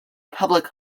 public